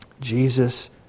Jesus